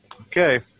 Okay